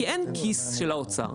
כי אין כיס של האוצר.